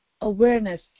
awareness